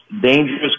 dangerous